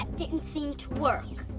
didn't seem to work.